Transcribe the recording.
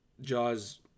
Jaws